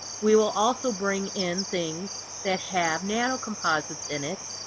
we will also bring in things that have nanocomposites in it,